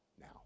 now